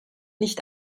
nicht